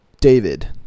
David